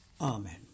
Amen